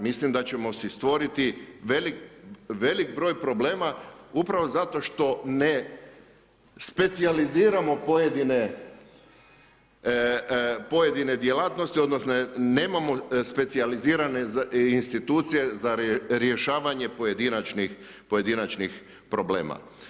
Mislim da ćemo si stvoriti velik broj problema upravo zato što ne specijaliziramo pojedine djelatnosti odnosno nemamo specijalizirane institucije za rješavanje pojedinačnih problema.